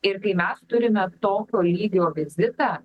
ir kai mes turime tokio lygio vizitą